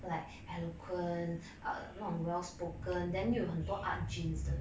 like eloquence err 那种 well spoken then then 又有很多 art genes 的